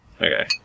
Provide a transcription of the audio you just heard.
Okay